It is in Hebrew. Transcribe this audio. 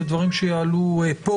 לדברים שיעלו פה.